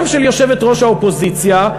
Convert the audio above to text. גם של יושבת-ראש האופוזיציה,